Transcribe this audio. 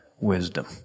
wisdom